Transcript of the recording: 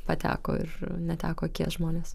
pateko ir neteko akies žmonės